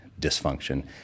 dysfunction